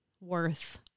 worth